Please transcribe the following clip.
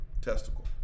testicle